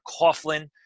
Coughlin